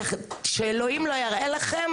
שאלוהים לא יראה לכם,